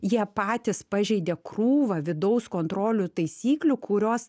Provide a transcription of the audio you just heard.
jie patys pažeidė krūvą vidaus kontrolių taisyklių kurios